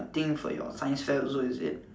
thing for your science fair also is it